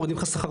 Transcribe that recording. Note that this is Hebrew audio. מורידים לך שכר,